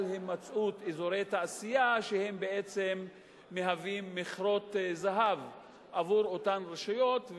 הימצאות אזורי תעשייה שבעצם מהווים מכרות זהב עבור אותן רשויות,